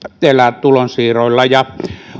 elää tulonsiirroilla ja